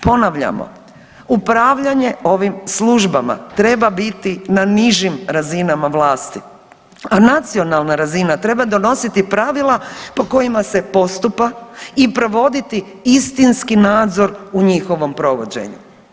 Ponavljamo, upravljanje ovim službama treba biti na nižim razinama vlasti, a nacionalna razina treba donositi pravila po kojima se postupa i provoditi istinski nadzor u njihovom provođenju.